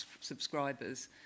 subscribers